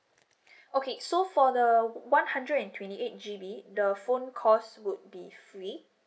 okay so for the one hundred and twenty eight G_B the phone cost would be free